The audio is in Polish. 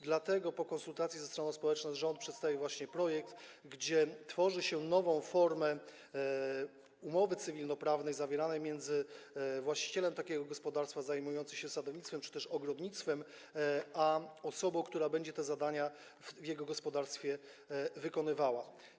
Dlatego po konsultacjach ze stroną społeczną rząd przedstawił projekt, w którym tworzy się nową formę umowy cywilnoprawnej zawieranej między właścicielem gospodarstwa zajmującym się sadownictwem czy też ogrodnictwem a osobą, która będzie te zadania w jego gospodarstwie wykonywała.